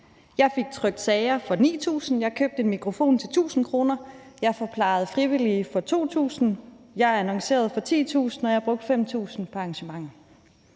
jeg fik trykt sager for 9.000 kr., og jeg købte en mikrofon til 1.000 kr., jeg gav forplejning til frivillige for 2.000 kr., jeg annoncerede for 10.000 kr., og jeg brugte 5.000 kr. på arrangementer.